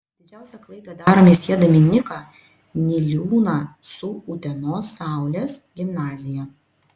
didžiausią klaidą darome siedami nyką niliūną su utenos saulės gimnazija